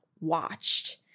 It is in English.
watched